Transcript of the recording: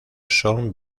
son